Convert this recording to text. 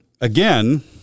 again